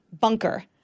bunker